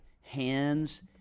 hands